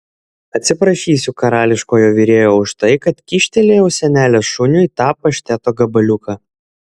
atsiprašysiu karališkojo virėjo už tai kad kyštelėjau senelės šuniui tą pašteto gabaliuką